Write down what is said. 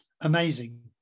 amazing